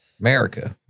America